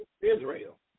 Israel